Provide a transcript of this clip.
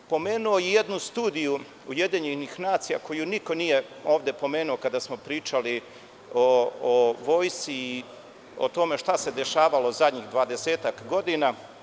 Pomenuo bih i jednu studiju UN-a koju niko ovde pomenuo kada smo pričali o vojsci i o tome šta se dešavalo zadnjih dvadesetak godina.